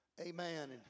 amen